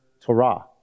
Torah